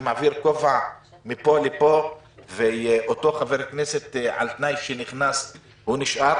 אני מעביר כובע מפה לפה ואותו חבר כנסת על תנאי שנכנס נשאר,